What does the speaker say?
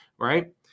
Right